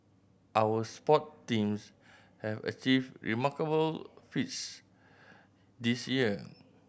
our sport teams have achieved remarkable feats this year